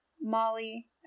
Molly